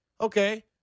okay